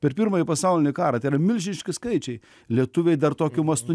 per pirmąjį pasaulinį karą tai yra milžiniški skaičiai lietuviai dar tokiu mastu